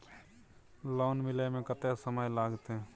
Loan मिले में कत्ते समय लागते?